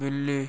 बिल्ली